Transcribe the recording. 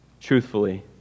truthfully